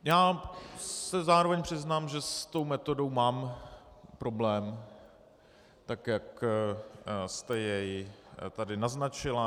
Já se zároveň přiznám, že s tou metodou mám problém, tak jak jste jej tady naznačila.